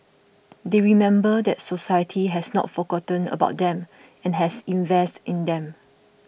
they remember that society has not forgotten about them and has invested in them